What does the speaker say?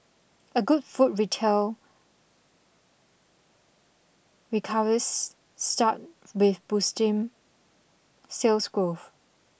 a good food retail recovers start with boosting sales growth